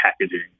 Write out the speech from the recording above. packaging